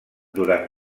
durant